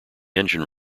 engine